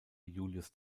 julius